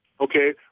okay